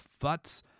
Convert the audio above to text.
futz